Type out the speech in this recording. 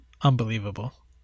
Unbelievable